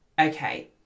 Okay